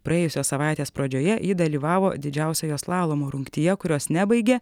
praėjusios savaitės pradžioje ji dalyvavo didžiausiojo slalomo rungtyje kurios nebaigė